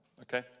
Okay